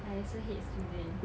I also hate children